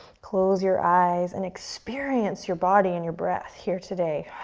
close your eyes and experience your body and your breath here today.